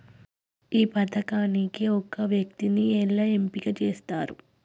ఈ పథకానికి ఒక వ్యక్తిని ఎలా ఎంపిక చేస్తారు?